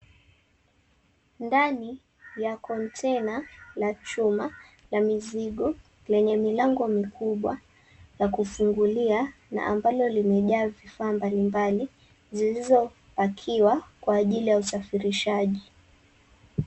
Ndani ya konteina la chuma, la mizigo lenye milango mikubwa la kufungulia na ambalo limejaa vifaa mbali mbali zilizopakiwa kwa ajili ya usafirishaji.